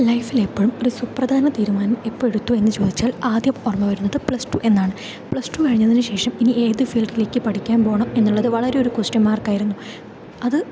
ലൈഫിൽ എപ്പോഴും ഒരു സുപ്രധാന തീരുമാനം എപ്പോൾ എടുത്തു എന്ന് ചോദിച്ചാൽ ആദ്യം ഓർമ്മ വരുന്നത് പ്ലസ്ടു എന്നാണ് പ്ലസ്ടു കഴിഞ്ഞതിനു ശേഷം ഇനി ഏത് ഫീൽഡിലേക്ക് പഠിക്കാൻ പോകണം എന്നുള്ളത് വളരേ ഒരു ക്വസ്റ്റ്യൻ മാർക്ക് ആയിരുന്നു അത്